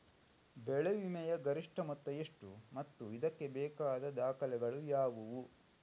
ಬೆಳೆ ವಿಮೆಯ ಗರಿಷ್ಠ ಮೊತ್ತ ಎಷ್ಟು ಮತ್ತು ಇದಕ್ಕೆ ಬೇಕಾದ ದಾಖಲೆಗಳು ಯಾವುವು?